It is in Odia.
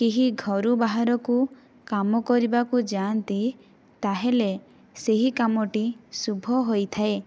କେହି ଘରୁ ବାହାରକୁ କାମ କରିବାକୁ ଯାଆନ୍ତି ତା'ହେଲେ ସେହି କାମଟି ଶୁଭ ହୋଇଥାଏ